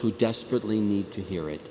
who desperately need to hear it